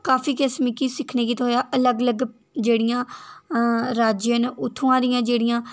काफी किश मिगी सिक्खने गी थ्होएआ अलग अलग जेह्ड़ियां राज्य न उत्थां दियां जेह्ड़ियां